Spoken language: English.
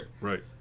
Right